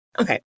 Okay